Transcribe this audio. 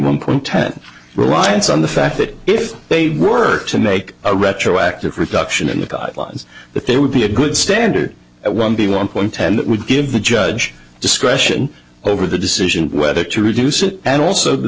one point ten reliance on the fact that if they were to make a retroactive reduction in the guidelines that there would be a good standard one the long one ten that would give the judge discretion over the decision whether to reduce it and also the